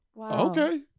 Okay